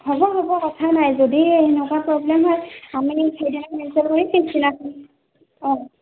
হ'ব হ'ব কথা নাই যদি এনেকুৱা প্ৰৱ্লেম হয় আমি অঁ